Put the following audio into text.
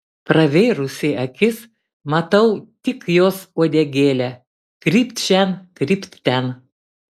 pravėrusi akis matau tik jos uodegėlę krypt šen krypt ten